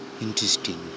Interesting